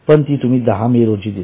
पण तुम्ही ती १० मे रोजी दिली